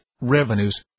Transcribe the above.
revenues